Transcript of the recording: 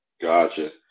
Gotcha